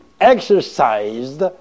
exercised